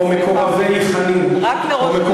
או "מקורבי חנין" לי אין